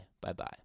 Bye-bye